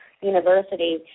University